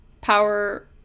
power